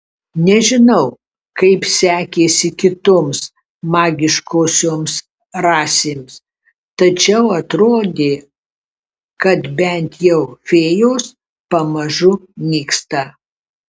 nežinau kaip sekėsi kitoms magiškosioms rasėms tačiau atrodė kad bent jau fėjos pamažu nyksta